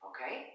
Okay